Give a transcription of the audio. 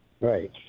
right